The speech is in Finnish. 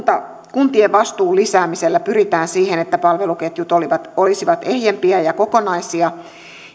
kuntien vastuun lisäämisellä pyritään siihen että palveluketjut olisivat ehjempiä ja kokonaisia